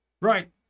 right